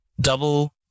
double